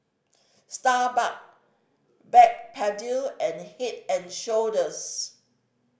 Starbuck Backpedic and Head and Shoulders